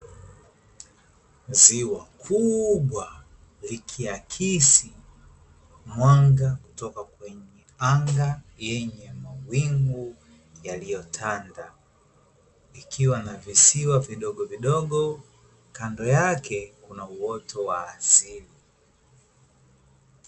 Ziwa kubwa likiakisi mwanga kutoka kwenye anga yenye mawingu yaliyotanda likiwa na visiwa vidogo vidogo, kando yake kuna uoto wa asili.